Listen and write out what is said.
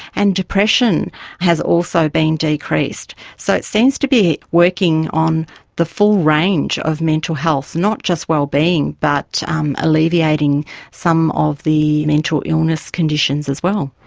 and depression has also been decreased. so it seems to be working on the full range of mental health, not just wellbeing but um alleviating some of the mental illness conditions as well.